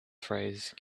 phrase